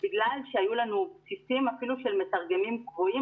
בגלל שהיו לנו בסיסים אפילו של מתגרמים קבועים,